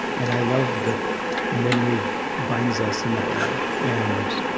and i love that memory binds us in that way. and,